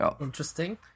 Interesting